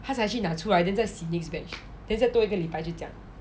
他才去拿出来 then 再洗 next batch then 再多一个礼拜就这样